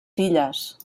filles